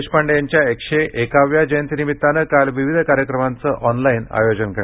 देशपांडे यांच्या एकशे एकाव्या जयंती निमितानं काल विविध कार्यक्रमांचं ऑनलाईन आयोजन करण्यात आलं